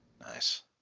Nice